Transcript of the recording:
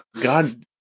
God